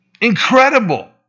incredible